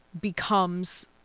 becomes